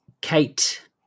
Kate